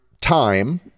time